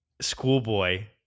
Schoolboy